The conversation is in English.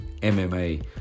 MMA